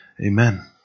Amen